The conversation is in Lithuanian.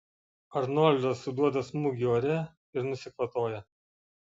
arnoldas suduoda smūgį ore ir nusikvatoja